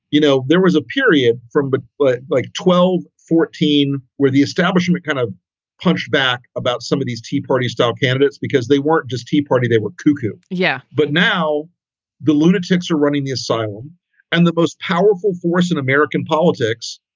you know, there was a period from but but like twelve to fourteen where the establishment kind of back about some of these tea party style candidates, because they weren't just tea party, they were kuku. yeah, but now the lunatics are running the asylum and the most powerful force in american politics,